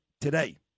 today